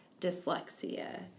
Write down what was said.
dyslexia